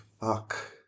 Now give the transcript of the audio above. fuck